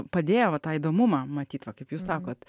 padėjo va tą įdomumą matyt va kaip jūs sakot